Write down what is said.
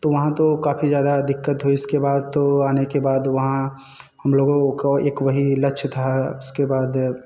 तो वहाँ तो काफ़ी ज़्यादा दिक्कत हुई इसके बाद तो आने के बाद वहाँ हम लोगों को एक वहीं लक्ष्य था उसके बाद